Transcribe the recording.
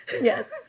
Yes